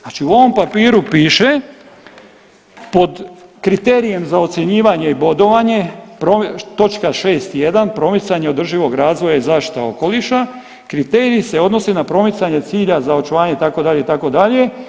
Znači u ovom papiru piše pod kriterijem za ocjenjivanje i bodovanje točka 6.1. promicanje održivog razvoja i zaštita okoliša, kriterij se odnosi na promicanje cilja za očuvanje itd. itd.